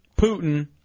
Putin